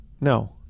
No